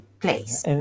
place